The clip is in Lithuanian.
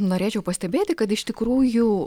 norėčiau pastebėti kad iš tikrųjų